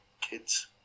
kids